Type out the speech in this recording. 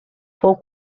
fou